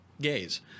gays